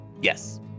Yes